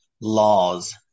laws